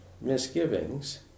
misgivings